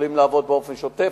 יכולים לבוא באופן שוטף.